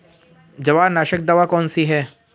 जवार नाशक दवा कौन सी है?